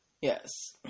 Yes